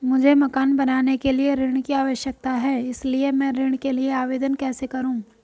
मुझे मकान बनाने के लिए ऋण की आवश्यकता है इसलिए मैं ऋण के लिए आवेदन कैसे करूं?